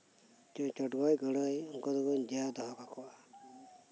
ᱪᱚᱰᱜᱚᱡ ᱜᱟᱹᱲᱟᱹᱭ ᱩᱱᱠᱩ ᱫᱚᱵᱚᱱ ᱡᱤᱭᱟᱹᱣ ᱫᱚᱦᱚ ᱠᱟᱠᱚᱣᱟ